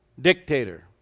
dictator